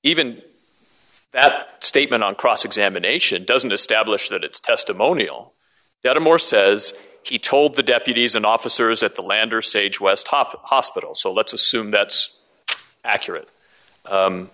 even that statement on cross examination doesn't establish that it's testimonial to moore says he told the deputies and officers that the lander sage west top hospital so let's assume that's accurate